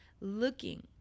looking